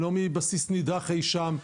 לא מבסיס נידח אי שם,